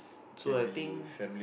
so I think